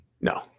No